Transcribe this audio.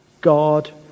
God